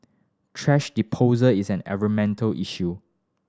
thrash disposal is an environmental issue